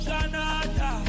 Canada